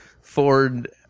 Ford